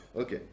Okay